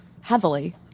heavily